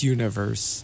Universe